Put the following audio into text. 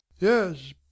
Yes